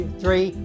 three